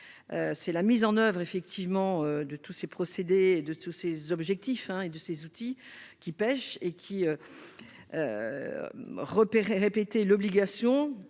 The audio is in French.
c'est la mise en oeuvre effectivement de tous ces procédés de tous ces objectifs, hein, et de ces outils qui pêche et qui repéré répéter l'obligation,